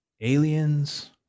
Aliens